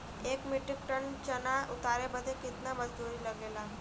एक metric ton चना उतारे बदे कितना मजदूरी लगे ला?